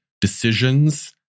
decisions